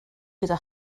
gyda